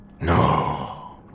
No